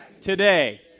Today